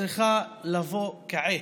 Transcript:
צריכה לבוא כעת.